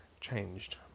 changed